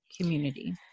community